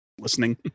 Listening